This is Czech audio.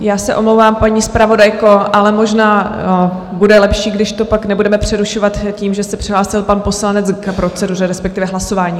Já se omlouvám, paní zpravodajko, ale možná bude lepší, když to pak nebudeme přerušovat tím, že se přihlásil pan poslanec k proceduře, respektive k hlasování.